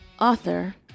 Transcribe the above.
author